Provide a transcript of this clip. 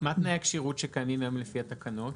מה תנאי הכשירות שקיימים היום לפי התקנות?